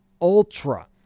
ultra